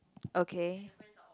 okay